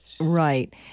Right